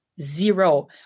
zero